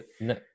No